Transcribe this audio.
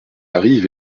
arrive